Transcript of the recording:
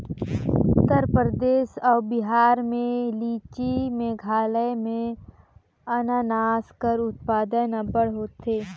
उत्तर परदेस अउ बिहार में लीची, मेघालय में अनानास कर उत्पादन अब्बड़ होथे